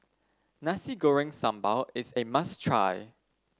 Nasi Goreng Sambal is a must try